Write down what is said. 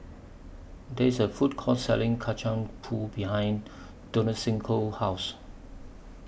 There IS A Food Court Selling Kacang Pool behind Donaciano's House